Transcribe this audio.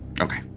okay